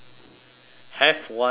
have one today